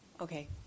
Okay